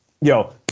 yo